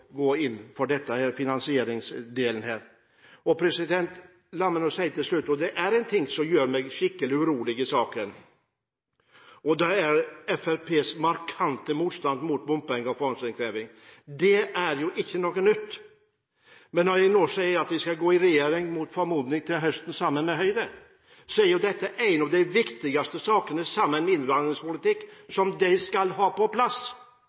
gå inn for denne finansieringsdelen. La meg til slutt si at det er én ting som gjør meg skikkelig urolig, og det er Fremskrittspartiets markante motstand mot bompenger og forhåndsinnkreving. Det er jo ikke noe nytt, men når de nå sier at de – mot formodning – til høsten skal gå i regjering sammen med Høyre, er dette en av de viktigste sakene, sammen med innvandringspolitikken, som de skal ha på plass.